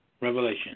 Revelation